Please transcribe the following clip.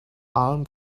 alarm